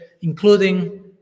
including